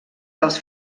als